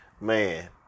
man